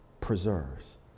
preserves